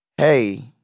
Hey